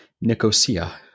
Nicosia